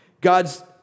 God's